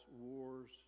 wars